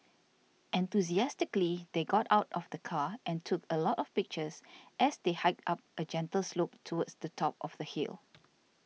enthusiastically they got out of the car and took a lot of pictures as they hiked up a gentle slope towards the top of the hill